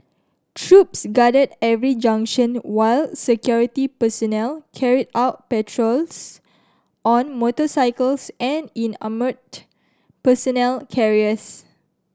troops guarded every junction while security personnel carried out patrols on motorcycles and in armoured personnel carriers